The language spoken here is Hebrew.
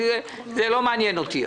זה לא מעניין אותי.